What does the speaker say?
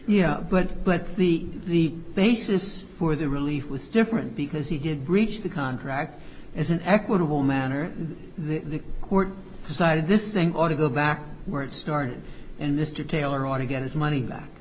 yeah but but the the basis for the relief was different because he did breach the contract as an equitable manner that the court decided this thing ought to go back to where it started and mr taylor ought to get his money back